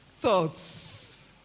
thoughts